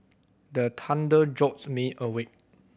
the thunder jolt me awake